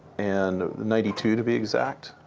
and ninety two, to be exact.